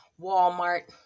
Walmart